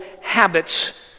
habits